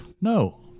No